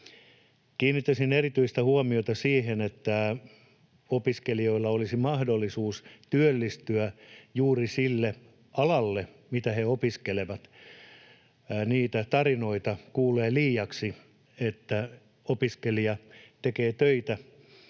Kiinnittäisin erityistä huomiota siihen, että opiskelijoilla olisi mahdollisuus työllistyä juuri sille alalle, mitä he opiskelevat. Niitä tarinoita kuulee liiaksi, että opiskelija tekee töitä,